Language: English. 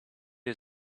you